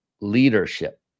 leadership